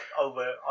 over